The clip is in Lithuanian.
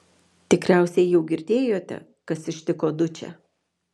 tikriausiai jau girdėjote kas ištiko dučę